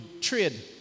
trade